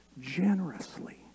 generously